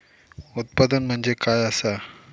उत्पादन म्हणजे काय असा?